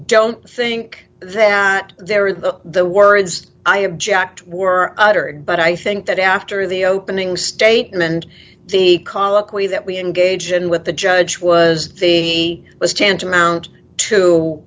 don't think that there is the words i object were uttered but i think that after the opening statement the colloquy that we engage in with the judge was the was tantamount